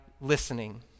listening